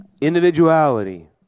Individuality